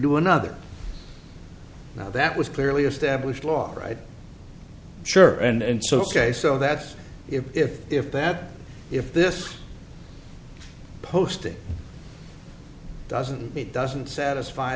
to another now that was clearly established law right sure and so ok so that if if if that if this posting doesn't it doesn't satisfy